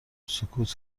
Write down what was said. سکوت